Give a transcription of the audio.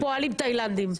פועלים תאילנדים.